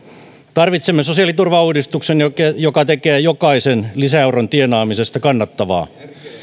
tarvitsemme sosiaaliturvauudistuksen joka joka tekee jokaisen lisäeuron tienaamisesta kannattavaa